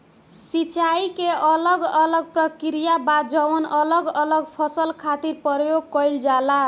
सिंचाई के अलग अलग प्रक्रिया बा जवन अलग अलग फसल खातिर प्रयोग कईल जाला